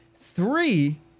three